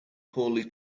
poorly